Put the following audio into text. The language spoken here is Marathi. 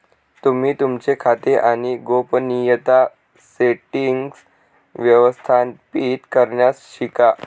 तुम्ही तुमचे खाते आणि गोपनीयता सेटीन्ग्स व्यवस्थापित करण्यास शिका